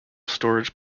storage